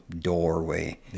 doorway